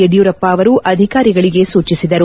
ಯಡಿಯೂರಪ್ಪ ಅವರು ಅಧಿಕಾರಿಗಳಿಗೆ ಸೂಚಿಸಿದರು